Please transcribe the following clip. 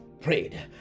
prayed